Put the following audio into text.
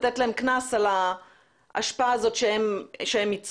לתת להם קנס על האשפה הזאת שהם ייצרו,